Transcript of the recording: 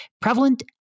prevalent